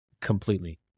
Completely